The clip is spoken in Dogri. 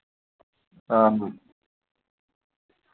हां हां